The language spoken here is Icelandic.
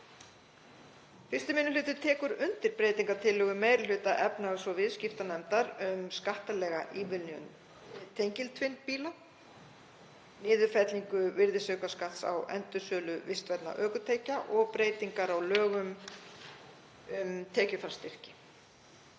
Fyrsti minni hluti tekur undir breytingartillögu meiri hluta efnahags- og viðskiptanefndar um skattalega ívilnun tengiltvinnbíla, niðurfellingu virðisaukaskatts á endursölu vistvænna ökutækja og breytingar á lögum um tekjufallsstyrki.